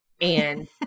and-